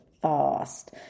fast